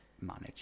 manage